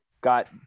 got